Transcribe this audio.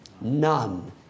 None